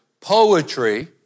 poetry